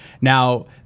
Now